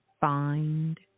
find